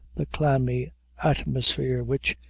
the clammy atmosphere which,